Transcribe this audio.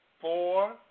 four